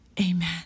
Amen